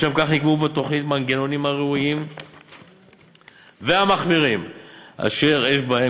לשם כך נקבעו בתוכנית מנגנונים ראויים ומחמירים אשר יש בהם